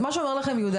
אז מה שאומר לכם יהודה,